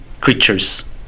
creatures